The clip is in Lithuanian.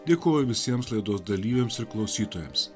dėkoju visiems laidos dalyviams ir klausytojams